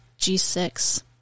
G6